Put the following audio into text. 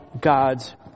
God's